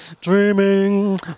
dreaming